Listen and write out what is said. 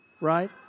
right